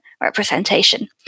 representation